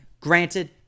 granted